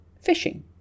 Fishing